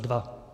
2?